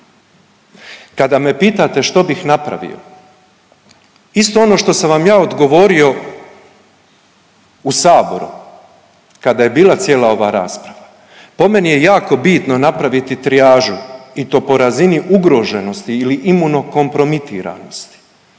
Kada me pitate što bih napravio, isto ono što sam vam ja odgovorio u Saboru kada je bila cijela ova rasprava. Po meni je jako bitno napraviti trijažu i to po razini ugroženosti ili imuno kompromitiranosti.